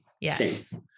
yes